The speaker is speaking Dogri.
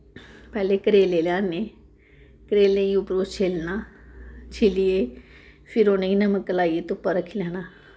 पैह्लें करेले लेआने करेलें गी उप्परों छिल्लना छिल्लियै फिर उ'नें गी नमक लाइयै धुप्पा रक्खी लैना